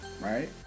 right